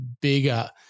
bigger